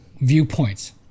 viewpoints